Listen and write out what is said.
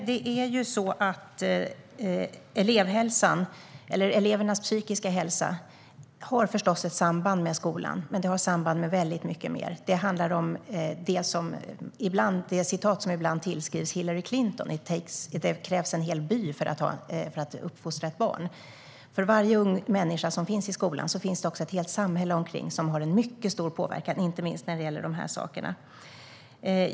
Herr talman! Elevernas psykiska hälsa har förstås ett samband med skolan. Men den har samband med väldigt mycket mer. Det handlar om ett uttryck som ibland tillskrivs Hillary Clinton om att det krävs en hel by för att uppfostra ett barn. För varje ung människa som finns i skolan finns det också ett helt samhälle runt omkring som har en mycket stor påverkan, inte minst när det gäller dessa saker.